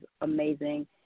amazing